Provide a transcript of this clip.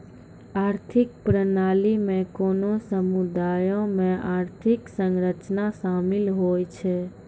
आर्थिक प्रणाली मे कोनो समुदायो के आर्थिक संरचना शामिल होय छै